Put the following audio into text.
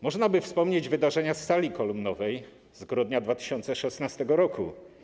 Można by wspomnieć wydarzenia z sali kolumnowej z grudnia 2016 r.